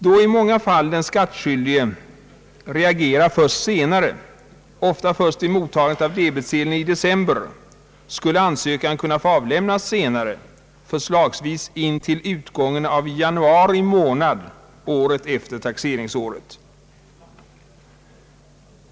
Då i många fall den skattskyldige reagerar först senare, ofta först vid mottagandet av debetsedeln i december, skulle ansökan kunna få avlämnas senare, förslagsvis intill utgången av januari månad året efter taxeringsåret.